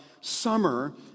summer